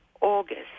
august